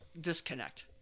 disconnect